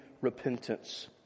repentance